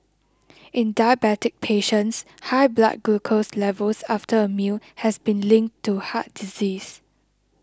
in diabetic patients high blood glucose levels after a meal has been linked to heart disease